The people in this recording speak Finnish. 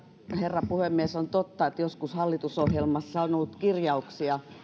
herra puhemies on totta että joskus hallitusohjelmassa on on ollut kirjauksia